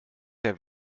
der